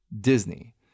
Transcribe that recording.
Disney